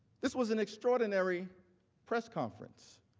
this was an extraordinary press conference.